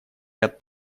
ряд